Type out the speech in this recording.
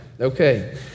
Okay